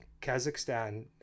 Kazakhstan